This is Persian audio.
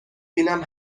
بینم